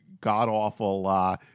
god-awful